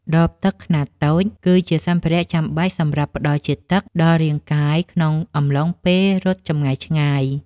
ដបទឹកខ្នាតតូចគឺជាសម្ភារៈចាំបាច់សម្រាប់ផ្តល់ជាតិទឹកដល់រាងកាយក្នុងអំឡុងពេលរត់ចម្ងាយឆ្ងាយ។